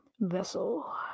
Vessel